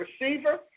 receiver